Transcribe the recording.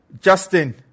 Justin